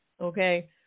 okay